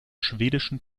schwedischen